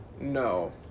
no